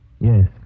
Yes